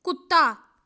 ਕੁੱਤਾ